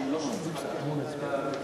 שלא שופטים,